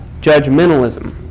judgmentalism